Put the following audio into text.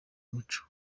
n’umuco